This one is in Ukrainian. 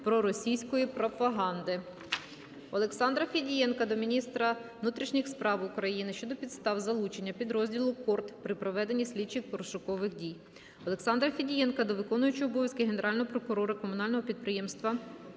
Олександра Федієнка до міністра внутрішніх справ України щодо підстав залучення підрозділу "КОРД" при проведенні слідчих (розшукових) дій. Олександра Федієнка до виконуючої обов'язки генерального директора комунального підприємства "Міжнародний